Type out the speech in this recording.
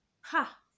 Ha